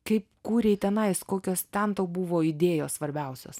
kaip kūrei tenais kokios ten tau buvo idėjos svarbiausios